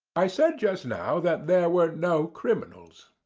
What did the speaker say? i said just now that there were no criminals.